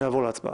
נעבור להצבעה.